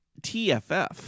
TFF